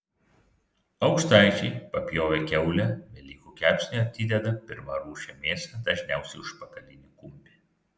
aukštaičiai papjovę kiaulę velykų kepsniui atideda pirmarūšę mėsą dažniausiai užpakalinį kumpį